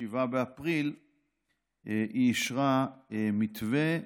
ב-7 באפריל היא אישרה מתווה.